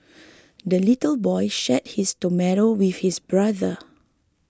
the little boy shared his tomato with his brother